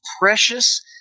precious